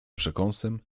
przekąsem